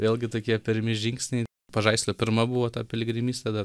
vėlgi tokie pirmi žingsniai pažaislio pirma buvo ta piligrimystė dar